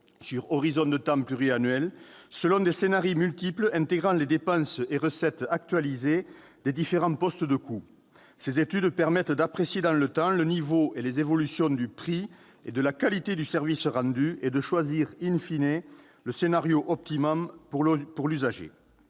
sur un laps de temps pluriannuel, selon des scénarii multiples intégrant les dépenses et recettes actualisées des différents postes de coûts. Ces études permettent d'apprécier dans le temps le niveau et les évolutions du prix et de la qualité du service rendu et de choisir le scénario optimal pour l'usager.